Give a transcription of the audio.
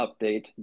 update